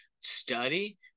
study